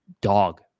dog